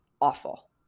awful